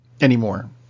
anymore